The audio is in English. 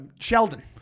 sheldon